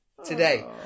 Today